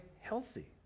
healthy